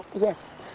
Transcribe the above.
Yes